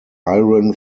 iron